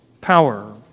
power